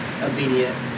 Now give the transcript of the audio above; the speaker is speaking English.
obedient